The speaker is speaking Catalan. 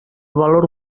valor